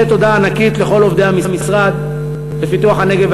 תודה ענקית לכל עובדי המשרד לפיתוח הנגב